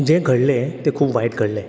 जें घडलें तें खूब वायट घडलें